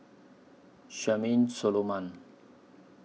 Charmaine Solomon